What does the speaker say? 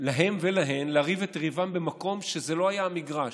ולהן לריב את ריבם במקום שלא היה המגרש.